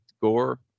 gore